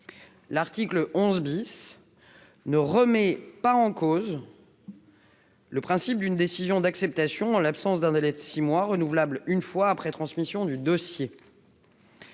l'article 11 bis ne remet pas en cause. Le principe d'une décision d'acceptation en l'absence d'un délai de 6 mois renouvelable une fois, après transmission du dossier.